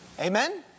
Amen